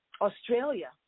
Australia